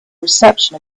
reception